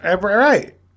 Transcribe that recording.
Right